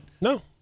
no